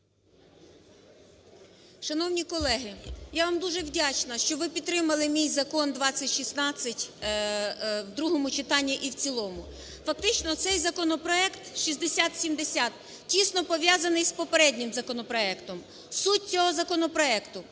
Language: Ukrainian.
Шановні колеги, я вам дуже вдячна, що ви підтримали мій Закон 2016 в другому читанні і в цілому. Фактично цей законопроект, 6070, тісно пов'язаний з попереднім законопроектом. Суть цього законопроекту.